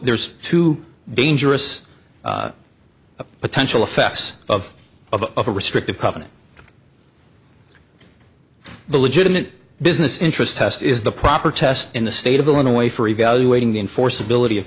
there's too dangerous a potential effects of of a restrictive covenant the legitimate business interest test is the proper test in the state of illinois for evaluating the enforceability of